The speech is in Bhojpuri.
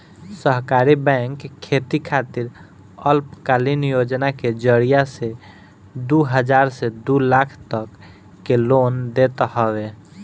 सहकारी बैंक खेती खातिर अल्पकालीन योजना के जरिया से दू हजार से दू लाख तक के लोन देत हवे